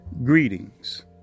Greetings